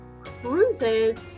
cruises